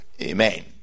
Amen